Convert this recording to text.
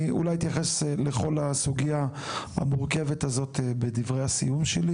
אני אולי אתייחס לכל הסוגייה המורכבת הזאת בדברי הסיום שלי.